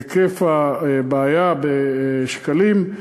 היקף הבעיה בשקלים,